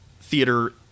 theater